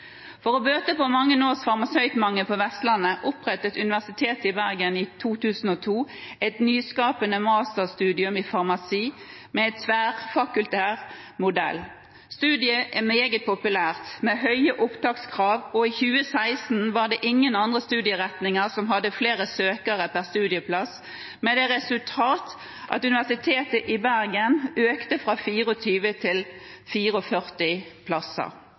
For å bøte på mange års farmasøytmangel på Vestlandet opprettet Universitetet i Bergen i 2002 et nyskapende masterstudium i farmasi, med en tverrfakultær modell. Studiet er meget populært, med høye opptakskrav, og i 2016 var det ingen andre studieretninger som hadde flere søkere per studieplass, med det resultat at Universitetet i Bergen økte fra 24 til 44 plasser.